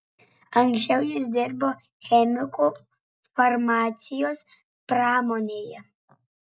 anksčiau jis dirbo chemiku farmacijos pramonėje